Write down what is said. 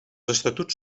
estatuts